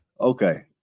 Okay